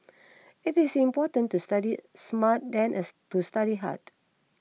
it is important to study smart than a to study hard